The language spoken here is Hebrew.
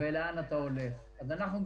ואופציה שנייה זה שיש תוכנית,